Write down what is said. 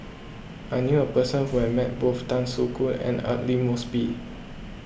I knew a person who has met both Tan Soo Khoon and Aidli Mosbit